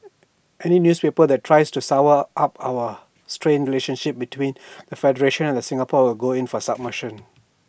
any newspaper that tries to sour up our strain relations between the federation and Singapore will go in for subversion